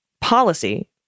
policy